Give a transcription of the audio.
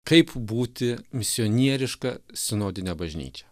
kaip būti misionieriška sinodine bažnyčia